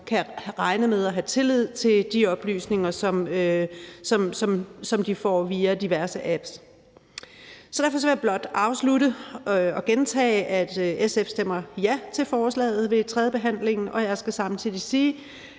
kan regne med og have tillid til de oplysninger, som de får via diverse apps. Derfor vil jeg blot afslutte og gentage, at SF stemmer ja til forslaget ved tredjebehandlingen, og jeg skal samtidig hilse